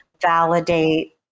validate